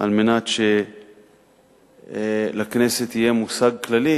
כדי שלכנסת יהיה מושג כללי,